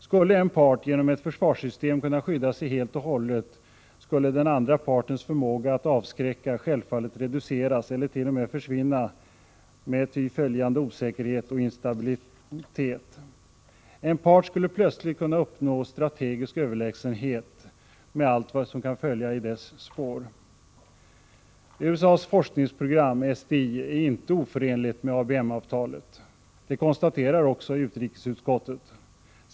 Skulle en part genom ett försvarssystem kunna skydda sig helt och hållet skulle den andra partens förmåga att avskräcka självfallet reduceras eller t.o.m. försvinna, med ty åtföljande osäkerhet och instabilitet. En part skulle plötsligt kunna uppnå strategisk överlägsenhet, med allt vad som kan följa i dess spår. USA:s forskningsprogram SDI är inte oförenligt med ABM-avtalet. Det konstaterar också utrikesutskottet.